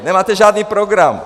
Nemáte žádný program!